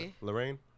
Lorraine